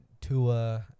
Tua